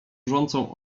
wrzącą